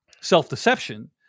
self-deception